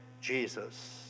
Jesus